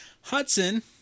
Hudson